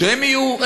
שהם יהיו,